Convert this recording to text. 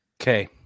Okay